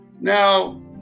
Now